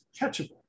catchable